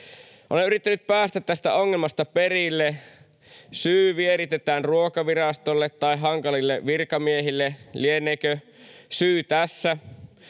Olen yrittänyt päästä tästä ongelmasta perille. Syy vieritetään Ruokavirastolle tai hankalille virkamiehille. Lieneekö syy tässä.